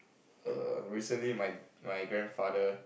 err recently my my grandfather